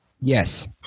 Yes